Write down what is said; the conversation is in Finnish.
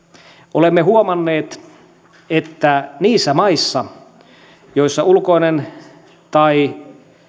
olemme huomanneet että niissä maissa joissa ulkoinen tai